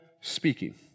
speaking